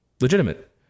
legitimate